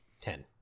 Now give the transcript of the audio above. ten